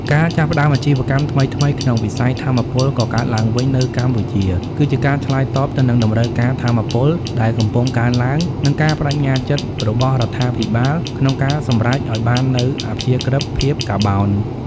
ការចាប់ផ្ដើមអាជីវកម្មថ្មីៗក្នុងវិស័យថាមពលកកើតឡើងវិញនៅកម្ពុជា គឺជាការឆ្លើយតបទៅនឹងតម្រូវការថាមពលដែលកំពុងកើនឡើង និងការប្ដេជ្ញាចិត្តរបស់រដ្ឋាភិបាលក្នុងការសម្រេចឱ្យបាននូវអព្យាក្រឹតភាពកាបូន។